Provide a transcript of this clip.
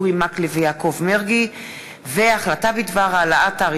אורי מקלב ויעקב מרגי בנושא: חיוב שטחים